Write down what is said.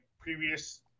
previous